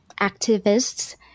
activists